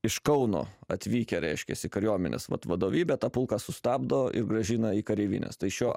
iš kauno atvykę reiškiasi kariuomenės vat vadovybė tą pulką sustabdo ir grąžina į kareivines tai šiuo